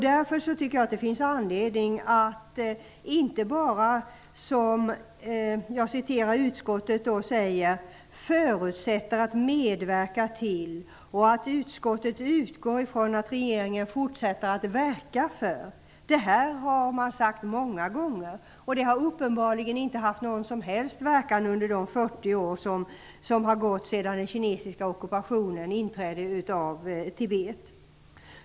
Därför tycker jag att det finns anledning att inte bara säga som utskottet: ''fortsätter att medverka till'' och ''Utskottet utgår från att regeringen fortsätter att verka för --.'' Det har man sagt många gånger. Det har uppenbarligen inte haft någon som helst verkan under de 40 år som har gått sedan Kina ockuperade Tibet.